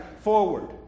forward